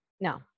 No